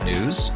News